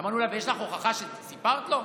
אמרנו לה: ויש לך הוכחה שסיפרת לו?